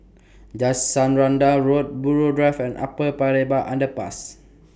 Jacaranda Road Buroh Drive and Upper Paya Lebar Underpass